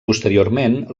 posteriorment